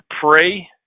pray